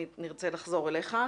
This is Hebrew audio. נרצה לחזור אליך.